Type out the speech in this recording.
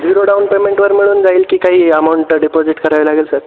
zero down पेमेंटवर मिळून जाईल की काही अमाऊंट डिपॉझिट करावी लागेल सर